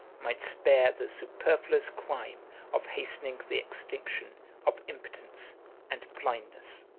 might spare the superfluous crime of hastening the extinction of impotence and blindness.